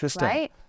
right